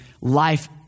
life